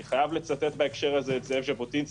אני חייב לצטט בהקשר הזה את זאב ז'בוטינסקי,